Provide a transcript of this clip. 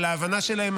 על ההבנה שלהם,